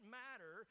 matter